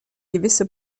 gewisse